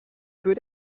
put